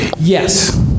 Yes